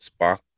Spock